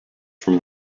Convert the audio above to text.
from